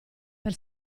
per